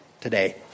today